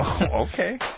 Okay